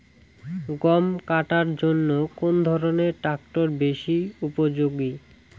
গম কাটার জন্য কোন ধরণের ট্রাক্টর বেশি উপযোগী?